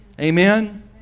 amen